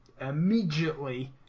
immediately